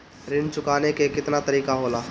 ऋण चुकाने के केतना तरीका होला?